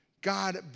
God